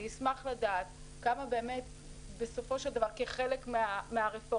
אני אשמח לדעת כמה באמת בסופו של דבר כחלק מהרפורמה,